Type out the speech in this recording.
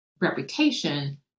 reputation